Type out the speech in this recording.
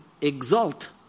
exalt